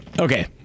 Okay